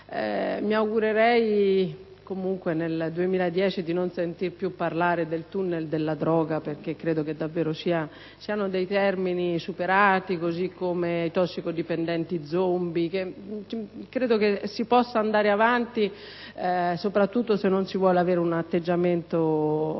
Mi augurerei comunque di non sentir più parlare nel 2010 di «tunnel della droga», perché credo davvero siano dei termini superati, così come «tossicodipendenti zombie». Credo si possa andare avanti, soprattutto se non si vuole avere un atteggiamento